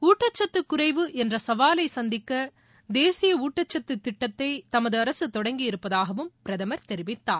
ஊட்டக்கத்துக் குறைவு என்ற சவாலை சந்திக்க தேசிய ஊட்டக்கத்து திட்டத்தை தமது அரசு தொடங்கியிருப்பதாகவும் பிரதமர் தெரிவித்தார்